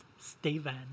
Steven